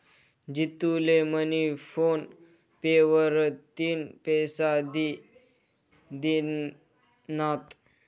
जितू ले मनी PhonePe वरतीन पैसा दि दिनात